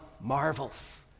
marvels